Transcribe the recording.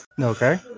Okay